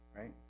Right